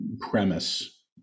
premise